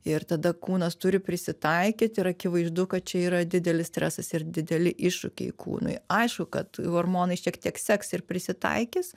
ir tada kūnas turi prisitaikyt ir akivaizdu kad čia yra didelis stresas ir dideli iššūkiai kūnui aišku kad hormonai šiek tiek seks ir prisitaikys